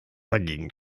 dagegen